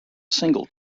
single